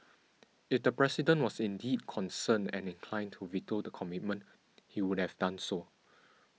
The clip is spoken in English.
if the President was indeed concerned and inclined to veto the commitment he would have done so